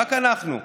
רק אנחנו.